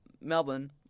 Melbourne